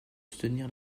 soutenir